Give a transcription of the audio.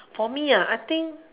for me ah I think